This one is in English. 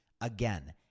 Again